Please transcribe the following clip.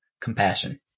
compassion